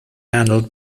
handled